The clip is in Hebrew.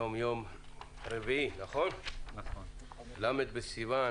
היום יום רביעי, ל' סיוון